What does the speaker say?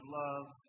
love